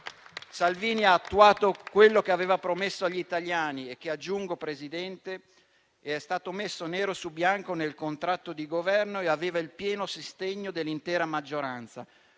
Salvini ha attuato quello che aveva promesso agli italiani e che - aggiungo, Presidente - è stato messo nero su bianco nel contratto di Governo e aveva il pieno sostegno dell'intera maggioranza,